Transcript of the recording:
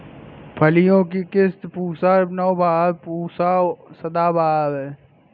फलियों की किस्म पूसा नौबहार, पूसा सदाबहार है